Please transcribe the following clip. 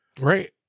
Right